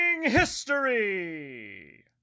History